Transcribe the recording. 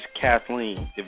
Kathleen